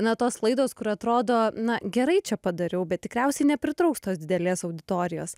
na tos laidos kur atrodo na gerai čia padariau bet tikriausiai nepritrauks tos didelės auditorijos